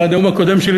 בנאום הקודם שלי,